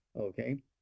okay